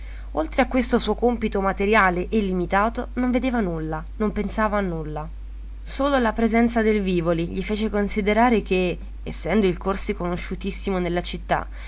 oltre a questo suo compito materiale e limitato non vedeva nulla non pensava a nulla solo la presenza del vivoli gli fece considerare che essendo il corsi conosciutissimo nella città